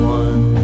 one